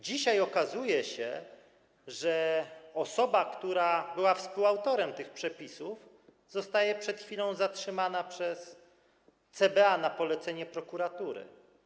Dzisiaj okazało się, że osoba, która była współautorem tych przepisów, została przed chwilą zatrzymana przez CBA na polecenie prokuratury.